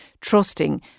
trusting